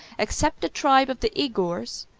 except the tribe of the igours,